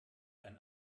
ein